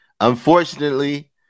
Unfortunately